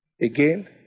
Again